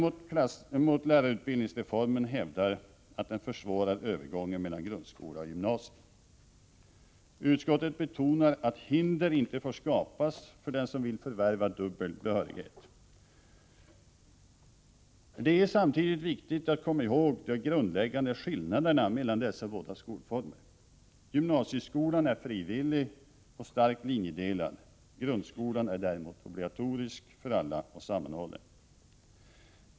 Kritikerna mot lärarutbildningsreformen hävdar att den försvårar övergången mellan grundskola och gymnasieskola. Utskottet betonar att hinder inte får skapas för den som vill förvärva dubbel behörighet. Det är samtidigt viktigt att komma ihåg de grundläggande skillnaderna mellan dessa båda skolformer. Gymnasieskolan är frivillig och starkt linjedelad. Grundskolan är däremot obligatorisk för alla och sammanhållen.